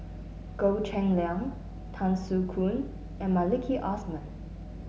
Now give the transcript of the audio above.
Goh Cheng Liang Tan Soo Khoon and Maliki Osman